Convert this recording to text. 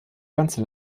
ganze